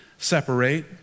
separate